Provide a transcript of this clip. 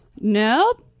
nope